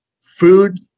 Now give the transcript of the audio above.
food